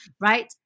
right